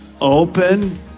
open